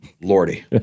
Lordy